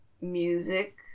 music